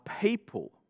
people